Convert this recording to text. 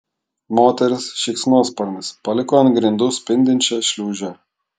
moteris šikšnosparnis paliko ant grindų spindinčią šliūžę